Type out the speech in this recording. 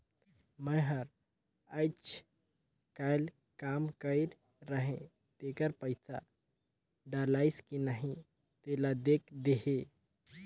मै हर अईचकायल काम कइर रहें तेकर पइसा डलाईस कि नहीं तेला देख देहे?